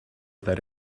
that